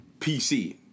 PC